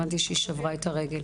הבנתי שהיא שברה את הרגל.